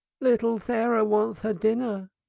little tharah wants er dinner.